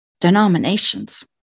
denominations